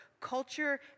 culture